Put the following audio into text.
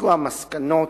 והוסקו המסקנות,